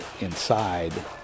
inside